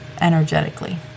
energetically